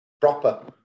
proper